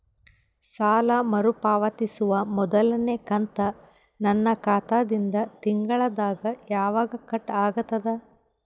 ಸಾಲಾ ಮರು ಪಾವತಿಸುವ ಮೊದಲನೇ ಕಂತ ನನ್ನ ಖಾತಾ ದಿಂದ ತಿಂಗಳದಾಗ ಯವಾಗ ಕಟ್ ಆಗತದ?